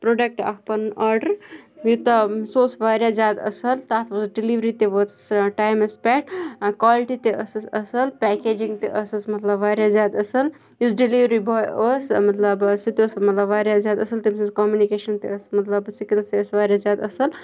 پروڈَکٹہ اکھ پَنُن آرڈَر سُہ اوس واریاہ زیادٕ اَصل تَتھ وٲژ ڈیلِوری تہِ وٲژٕس ٹایمَس پیٹھ کالٹی تہِ ٲسٕس اَصل پیکیجِنٛگ تہِ ٲسٕس مَطلَب واریاہ زیادٕ اصل یُس ڈیلِوری باے اوس مَطلَب سُہ تہِ اوس واریاہ زیادٕ اَصل تٔمۍ سٕنٛز کومنِکیشَن تہِ ٲسۍ مَطلَب سِکِلٕز تہِ أسۍ واریاہ زیادٕ اَصل